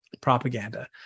propaganda